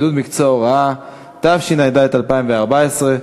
התשע"ה 2014,